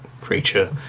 creature